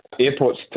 airports